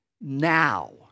now